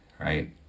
right